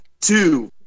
two